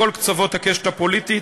מכל קצוות הקשת הפוליטית.